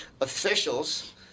officials